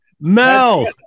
Mel